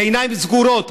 בעיניים סגורות,